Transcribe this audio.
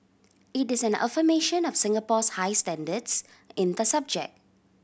it is an affirmation of Singapore's high standards in the subject